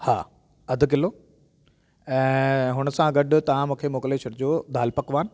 हा अधु किलो ऐं हुन सां गॾु ता मूंखे मोकिले छॾिजो दाल पकवान